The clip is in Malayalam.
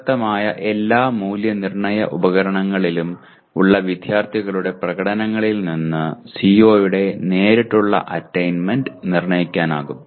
പ്രസക്തമായ എല്ലാ മൂല്യനിർണ്ണയ ഉപകരണങ്ങളിലും ഉള്ള വിദ്യാർത്ഥികളുടെ പ്രകടനങ്ങളിൽ നിന്ന് CO യുടെ നേരിട്ടുള്ള അറ്റയ്ന്മെന്റ് നിർണ്ണയിക്കാനാകും